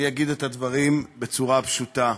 אני אגיד את הדברים בצורה פשוטה.